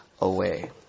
away